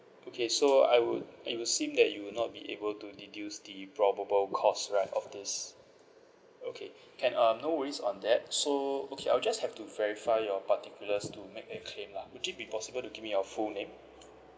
okay so I would I assume that you will not be able to deduce the probable cause right of this okay can um no worries on that so okay I'll just have to verify your particulars to make a claim lah would it be possible to give me your full name